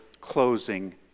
closing